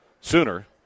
sooner